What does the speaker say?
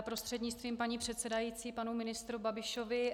Prostřednictvím paní předsedající panu ministrovi Babišovi.